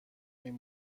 این